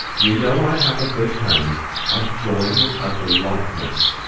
you know i have a good hand at drawing an ugly likeness.